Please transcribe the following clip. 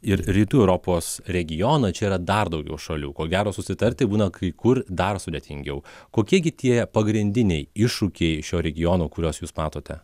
ir rytų europos regioną čia yra dar daugiau šalių ko gero susitarti būna kai kur dar sudėtingiau kokie gi tie pagrindiniai iššūkiai šio regiono kuriuos jūs matote